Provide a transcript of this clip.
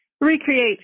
Recreate